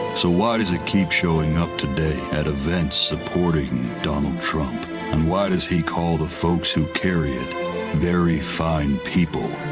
so why does it keep showing up today at events supporting donald trump, and why does he call the folks who carry it very fine people?